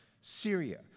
Syria